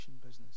business